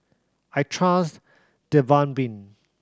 I trust Dermaveen